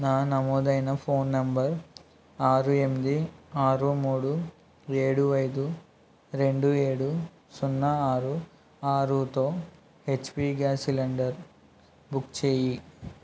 నా నమోదైన phone number ఆరు ఎనిమిది ఆరు మూడు ఏడు అయిదు రెండు ఏడు సున్నా ఆరు ఆరుతో హెచ్పి గ్యాస్ సిలిండర్ బుక్ చేయి